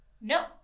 No